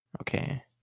Okay